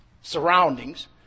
surroundings